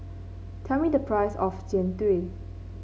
tell me the price of Jian Dui